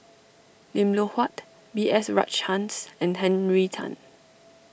Lim Loh Huat B S Rajhans and Henry Tan